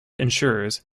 ensures